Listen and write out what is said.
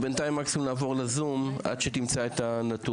בינתיים נעבור לזום, עד שנמצא את הנתון.